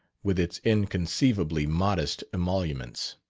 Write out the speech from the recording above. with its inconceivably modest emoluments.